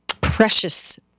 precious